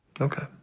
Okay